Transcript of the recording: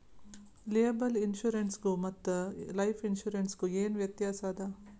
Liable insurance ಗು ಮತ್ತ life insurance ಗು ಏನ್ ವ್ಯಾತ್ಯಾಸದ?